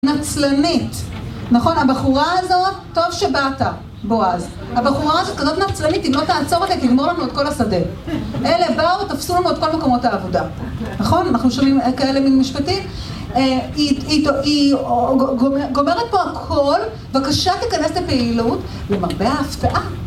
נצלנית, נכון? הבחורה הזאת, טוב שבאת בועז. הבחורה הזאת כזאת נצלנית, אם לא תעצור אותה היא תגמור לנו את כל השדה. אלה באו, תפסו לנו את כל מקומות העבודה. נכון? אנחנו שומעים כאלה מן משפטים? היא גומרת פה הכול, בבקשה תיכנס לפעילות, למרבה ההפתעה